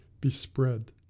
bespread